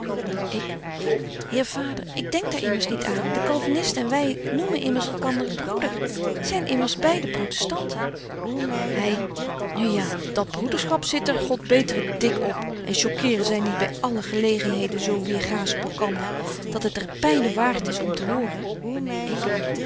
ik heer vader ik denk daar immers niet aan de calvinisten en wy noemen immers elkander broeders t zyn immers beide protestanten hy nu ja dat broederschap zit er god beter t dik op en choqueeren zy niet by alle gelegenheden zo weêrgaâs op elkander dat het der pyne waart is om te horen ik